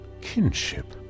kinship